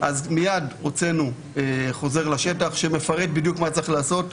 מיד הוצאנו חוזר לשטח שמפרט בדיוק מה צריך לעשות.